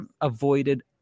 avoided